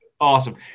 Awesome